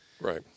Right